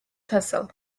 castle